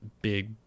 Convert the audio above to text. big